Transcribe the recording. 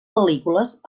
pel·lícules